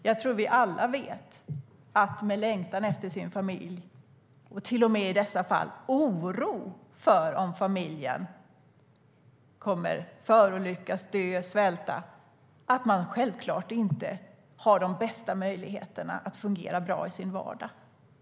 Jag tror att vi alla vet att med en längtan efter sin familj - i dessa fall handlar det till och med om en oro för att familjen kommer att förolyckas, dö eller svälta - har man inte de bästa möjligheterna att fungera bra i sin vardag.